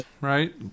right